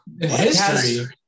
History